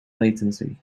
latency